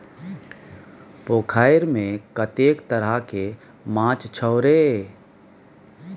पोखैरमे कतेक तरहके माछ छौ रे?